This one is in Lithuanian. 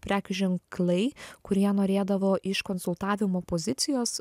prekių ženklai kurie norėdavo iš konsultavimo pozicijos